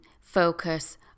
focus